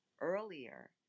earlier